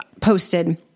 posted